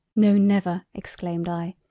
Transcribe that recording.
no never exclaimed i.